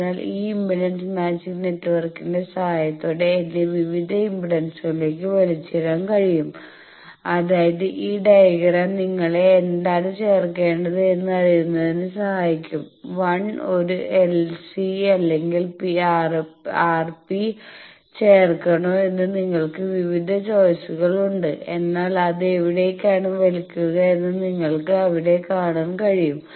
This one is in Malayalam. അതിനാൽ ഈ ഇംപെഡൻസ് മാച്ചിങ് നെറ്റ്വർക്കിന്റെ സഹായത്തോടെ എന്നെ വിവിധ ഇംപെഡൻസുകളിലേക്ക് വലിച്ചിടാൻ കഴിയും അതായത് ഈ ഡയഗ്രം നിങ്ങളെ എന്താണ് ചേർക്കണ്ടത് എന്ന് അറിയുന്നതിന് സഹായിക്കും 1 ഒരു LC അല്ലെങ്കിൽ RP ചേർക്കണോ എന്ന് നിങ്ങൾക്ക് വിവിധ ചോയ്സുകൾ ഉണ്ട് എന്നാൽ അത് എവിടേക്കാണ് വലിക്കുക എന്ന് നിങ്ങൾക്ക് ഇവിടെ കാണാൻ കഴിയും